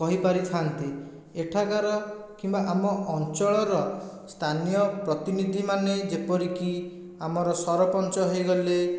କହିପାରିଥାନ୍ତି ଏଠାକାର କିମ୍ବା ଆମ ଅଞ୍ଚଳର ସ୍ଥାନୀୟ ପ୍ରତିନିଧିମାନେ ଯେପରିକି ଆମର ସରପଞ୍ଚ ହୋଇଗଲେ